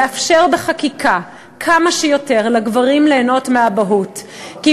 לאפשר בחקיקה לגברים ליהנות מאבהות כמה שיותר.